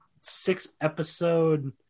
six-episode